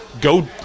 Go